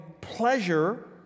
pleasure